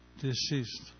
Deceased